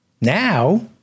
Now